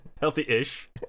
healthy-ish